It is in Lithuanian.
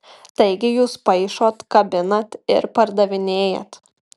taigi jūs paišot kabinat ir pardavinėjat